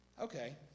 Okay